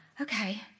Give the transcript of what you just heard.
okay